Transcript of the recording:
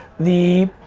the